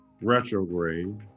retrograde